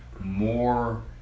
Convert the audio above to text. more